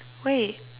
wait